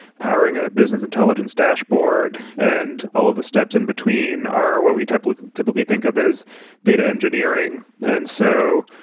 powering a business intelligence dashboard, and all of the steps in between are what we typically typically think of as data engineering. and so,